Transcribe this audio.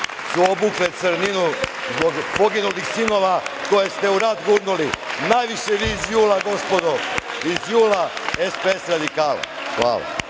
su obukle crninu zbog poginulih sinova koje ste u rat gurnuli, najviše vi iz JUL-a, gospodo, iz JUL-a, SPS-a i radikala. Hvala.